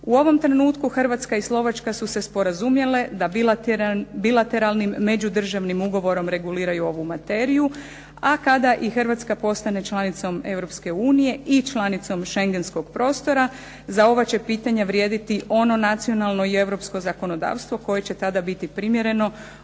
U ovom trenutku Hrvatska i Slovačka su se sporazumjele da bilateralnim međudržavnim ugovorom reguliraju ovu materiju a kada i Hrvatska postane članicom Europske unije i članicom šengenskog prostora za ova će pitanja vrijediti ono nacionalno i europsko zakonodavstvo koje će tada biti primjereno.